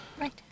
right